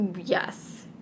Yes